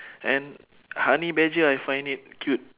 and honey badger I find it cute